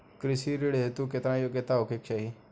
कृषि ऋण हेतू केतना योग्यता होखे के चाहीं?